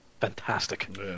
fantastic